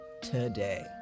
today